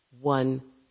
one